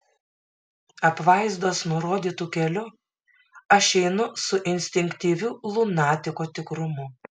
apvaizdos nurodytu keliu aš einu su instinktyviu lunatiko tikrumu